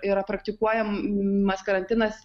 yra praktikuojamas karantinas